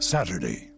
Saturday